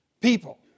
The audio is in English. people